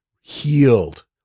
healed